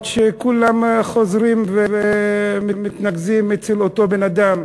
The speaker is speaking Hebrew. שכולם חוזרים ומתנקזים אצל אותו אדם,